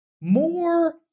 more